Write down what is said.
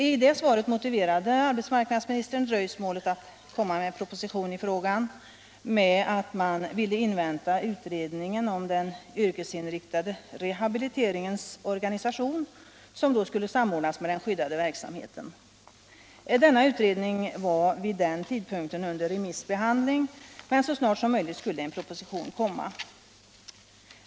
I det svaret motiverade arbetsmarknadsministern dröjsmålet med en proposition i frågan med att han ville invänta utredningen om den yrkesinriktade rehabiliteringens organisation, som då skulle samordnas med den skyddade verksamheten. Denna utredning var vid den tidpunkten under remissbehandling, men så snart som möjligt skulle en proposition komma.